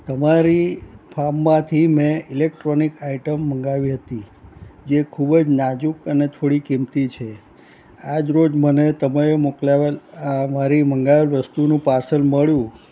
તમારી ફાર્મમાંથી મેં ઇલેક્ટ્રોનિક આઈટમ મંગાવી હતી જે ખૂબ જ નાજુક અને થોડી કિંમતી છે આજ રોજ મને તમે મોકલાવેલી આ મારી મંગાવેલી વસ્તુનું પાર્સલ મળ્યું